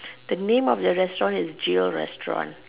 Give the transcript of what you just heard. the name of the restaurant is jail restaurant